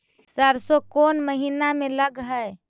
सरसों कोन महिना में लग है?